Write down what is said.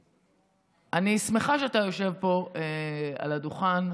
אני שמחה שאתה יושב פה על הדוכן,